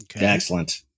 Excellent